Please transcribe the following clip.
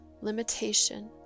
limitation